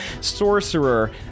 sorcerer